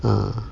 ah